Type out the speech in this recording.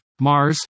Mars